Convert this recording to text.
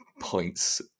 points